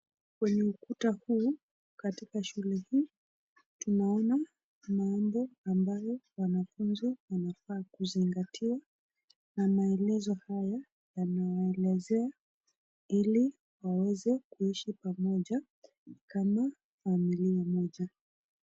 Kwenye ukuta huu Kwenye shule hii tunaona mambo ambayo wanafunzi wanafaa kuzingatia na maelezo haya yanawaelezea ili waweze kuishi pamoja kama familia moja.